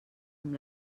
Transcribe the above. amb